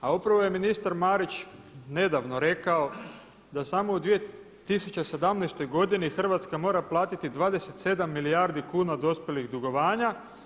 A upravo je ministar Marić nedavno rekao da samo u 2017. godini Hrvatska mora platiti 27 milijardi kuna dospjelih dugovanja.